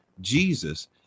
Jesus